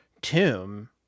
tomb